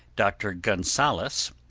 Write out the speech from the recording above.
dr. gunsaulus,